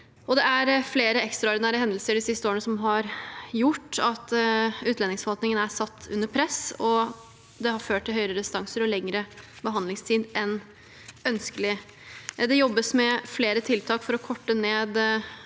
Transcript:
Det er flere ekstraordinære hendelser de siste årene som har gjort at utlendingsforvaltningen er satt under press, og det har ført til høyere restanser og lengre behandlingstid enn ønskelig. Det jobbes med flere tiltak for å korte ned